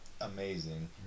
amazing